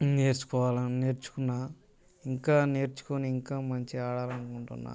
నేర్చుకోవాలని నేర్చుకున్నా ఇంకా నేర్చుకుని ఇంకా మంచిగా ఆడాలని అనుకుంటున్నాను